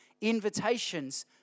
invitations